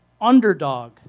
underdog